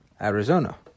Arizona